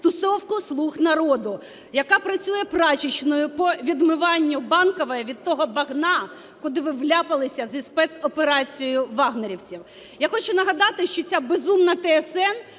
тусовку "слуг народу", яка працює прачечною по відмиванню Банкової від того багна, куди ви вляпалися зі спецоперацією "вагнерівців". Я хочу нагадати, що ця "безумна ТСН"